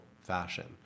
fashion